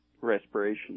respiration